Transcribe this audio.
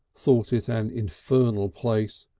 thought it an infernal place,